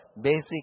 basic